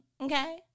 Okay